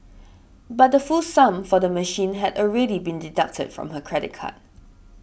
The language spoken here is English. but the full sum for the machine had already been deducted from her credit card